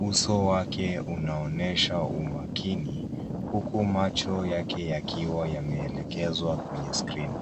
uso wake unaonyesha umakini huku macho yake akiwa ameelekeshwa kwenye skrini.